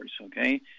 okay